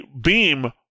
beam